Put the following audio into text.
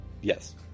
Yes